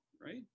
right